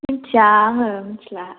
मोन्थिया आङो मोन्थिला